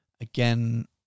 Again